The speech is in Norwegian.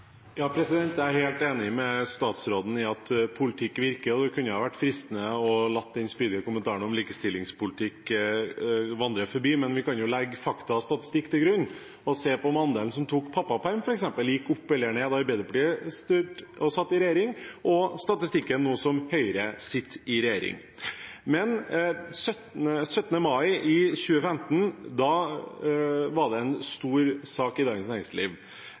Jeg er helt enig med statsråden i at politikk virker, og det kunne ha vært fristende å la den spydige kommentaren om likestillingspolitikk vandre forbi. Men vi kan jo legge fakta og statistikk til grunn og se på om andelen som tok pappaperm f.eks., gikk opp eller ned da Arbeiderpartiet satt i regjering, og statistikken nå som Høyre sitter i regjering. 17. mai 2015 var det en stor sak i Dagens Næringsliv,